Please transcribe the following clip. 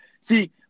see